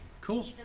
Cool